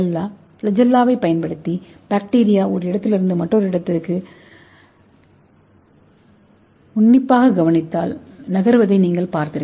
ஃபிளாஜெல்லாவைப் பயன்படுத்தி பாக்டீரியா ஒரு இடத்திலிருந்து மற்றொரு இடத்திற்கு நகர்வதை நீங்கள் பார்த்திருக்கலாம்